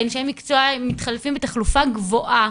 אנשי המקצוע מתחלפים בתחלופה גבוהה